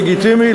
לגיטימי,